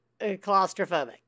claustrophobic